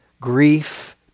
grief